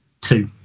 Two